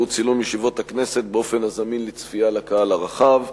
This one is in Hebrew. והוא צילום ישיבות הכנסת באופן הזמין לצפייה לקהל הרחב.